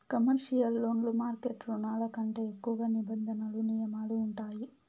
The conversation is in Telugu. కమర్షియల్ లోన్లు మార్కెట్ రుణాల కంటే ఎక్కువ నిబంధనలు నియమాలు ఉంటాయి